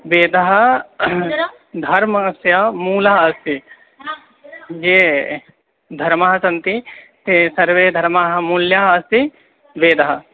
वेदः धर्मस्य मूलः अस्ति ये धर्माः सन्ति ते सर्वे धर्माः मूल्याः अस्ति वेदः